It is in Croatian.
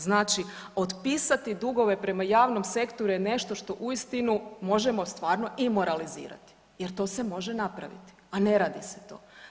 Znači otpisati dugove prema javnom sektoru je nešto što uistinu možemo stvarno i moralizirati jer to se može napraviti, a ne radi se to.